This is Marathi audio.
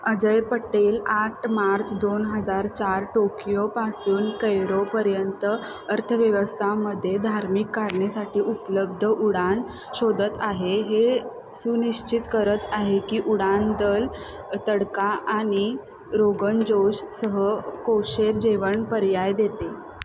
अजय पटेल आठ मार्च दोन हजार चार टोकियोपासून कैरोपर्यंत अर्थव्यवस्थामध्ये धार्मिक कारणासाठी उपलब्ध उडान शोधत आहे हे सुनिश्चित करत आहे की उडान दल तडका आणि रोगनजोश सह कौशल जेवण पर्याय देते